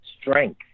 strength